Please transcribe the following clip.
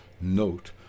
Note